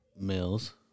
Mills